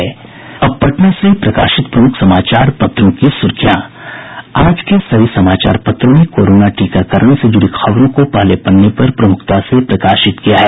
अब पटना से प्रकाशित प्रमुख समाचार पत्रों की सुर्खियां आज के सभी समाचार पत्रों ने कोरोना टीकाकरण से जुड़ी खबरों को पहले पन्ने पर प्रमुखता से प्रकाशित किया है